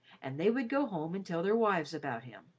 and they would go home and tell their wives about him,